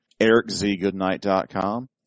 ericzgoodnight.com